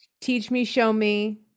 teach-me-show-me